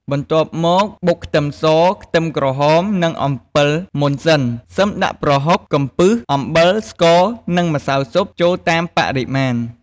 បន្ទាប់មកបុកខ្ទឹមស ខ្ទឹមក្រហម និងអំពិលមុនសិន សិមដាក់ប្រហុក កំពឹស អំបិល ស្ករ និងម្សៅស៊ុប ចូលតាមបរិមាណ។